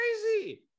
crazy